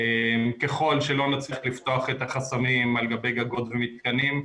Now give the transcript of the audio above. ככל שלא נצליח לפתוח את החסמים על גבי גגות ומתקנים,